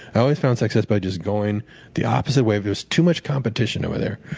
i always found success by just going the opposite way. there was too much competition over there.